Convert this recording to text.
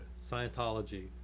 Scientology